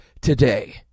today